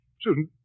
Susan